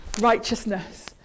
righteousness